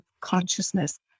consciousness